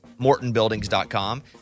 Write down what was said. MortonBuildings.com